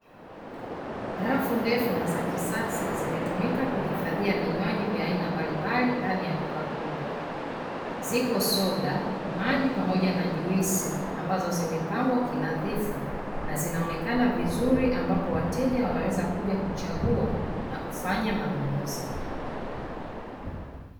Rafu ndefu na za kisasa zimetumika kuhifadhia vinywaji mbalimbali ndani ya duka kubwa, ziko soda, maji, pamoja na juisi ambazo zimepangwa kinadhifu na zinaonekana vizuri ambapo wateja wanaweza wakaja kuchagua na kufanya manunuzi.